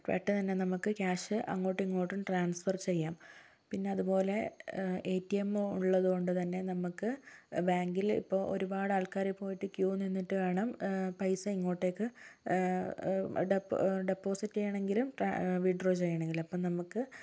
പെട്ടെന്ന് തന്നെ നമുക്ക് ക്യാഷ് അങ്ങാട്ടുമിങ്ങോട്ടും ട്രാൻസ്ഫർ ചെയ്യാം പിന്നെ അതുപോലെ എ ടി എം ഉള്ളതുകൊണ്ട് തന്നെ നമുക്ക് ബാങ്കിൽ ഇപ്പം ഒരുപാട് ആൾക്കാർ പോയിട്ട് ക്യൂ നിന്നിട്ട് വേണം പൈസ ഇങ്ങോട്ടേക്ക് ഡെപ്പോ ഡെപ്പോസിറ്റ് ചെയ്യണമെങ്കിലും വിഡ്രോ ചെയ്യണമെങ്കിലും അപ്പം നമുക്ക്